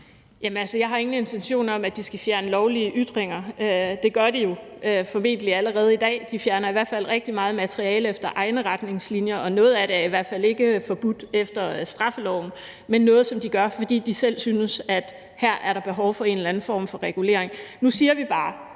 jeg har ingen intentioner om, at de skal fjerne lovlige ytringer. Det gør de jo formentlig allerede i dag; de fjerner i hvert fald rigtig meget materiale efter egne retningslinjer, og noget af det er i hvert fald ikke forbudt efter straffeloven, men noget, som de gør, fordi de selv synes, at der her er behov for en eller anden form for regulering. Nu siger vi bare,